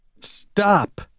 Stop